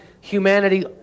humanity